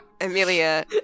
Amelia